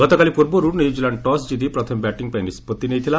ଗତକାଲି ପୂର୍ବରୁ New Zealand toss ଜିତି ପ୍ରଥମେ ବ୍ୟାଟିଂ ପାଇଁ ନିଷ୍କଭି ନେଇଥିଲା